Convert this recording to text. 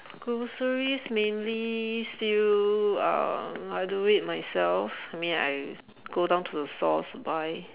groceries mainly still uh I do it myself I mean I go down to the stores to buy